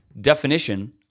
definition